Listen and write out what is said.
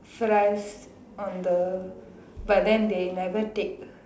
fries on the but then they never take